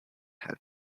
have